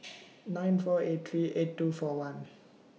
nine four eight three eight two four one